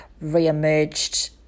re-emerged